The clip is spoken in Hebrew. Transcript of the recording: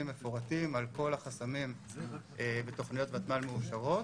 מפורטים על כל החסמים בתוכניות ותמ"ל מאושרות.